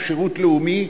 או שירות לאומי,